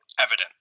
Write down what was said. evident